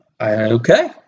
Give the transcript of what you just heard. Okay